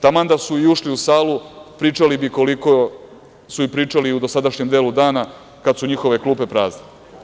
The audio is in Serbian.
Taman da su i ušli u salu, pričali bi koliko su i pričali u dosadašnjem delu dana kada su njihove klupe prazne.